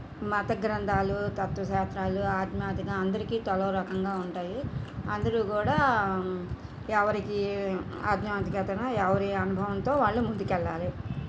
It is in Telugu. మత గ్రంథాలు తత్వ శాత్రాలు ఆధ్మాతిక అందరికీ తలా ఒకరకంగా ఉంటాయి అందరూ కూడా ఎవరికీ ఆధ్యాత్మికతను ఎవరి అనుభవంతో వాళ్ళు ముందుకెళ్ళాలి